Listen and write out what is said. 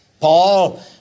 Paul